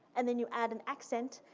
and then you add an accent,